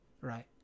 right